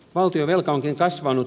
valtionvelka onkin kasvanut